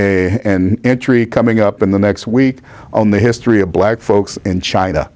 entry coming up in the next week on the history of black folks in china